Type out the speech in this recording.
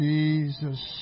Jesus